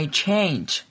change